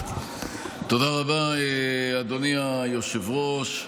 תודה רבה, אדוני היושב-ראש.